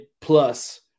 plus